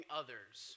others